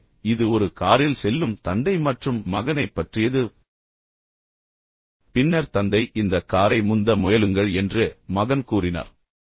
எனவே இது ஒரு காரில் செல்லும் தந்தை மற்றும் மகனைப் பற்றியது பின்னர் தந்தை இந்த காரை முந்த முயலுங்கள் என்று மகன் கூறினார்